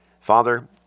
Father